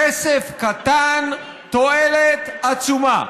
כסף קטן, תועלת עצומה.